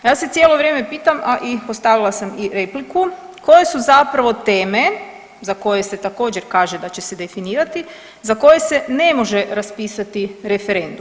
A ja se cijelo vrijeme pitam, a i postavila sam i repliku, koje su zapravo teme za koje se također kaže da će se definirati za koje se ne može raspisati referendum.